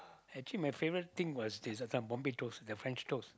actually my favourite thing was this uh this one Bombay toast the French toast